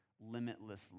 limitless